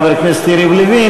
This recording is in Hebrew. חבר הכנסת יריב לוין,